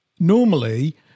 Normally